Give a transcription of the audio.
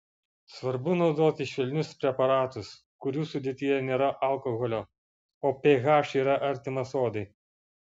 svarbu naudoti švelnius preparatus kurių sudėtyje nėra alkoholio o ph yra artimas odai